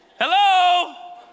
Hello